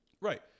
Right